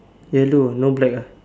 yellow no black ah